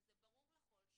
וזה ברור לכל,